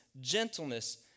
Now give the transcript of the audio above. gentleness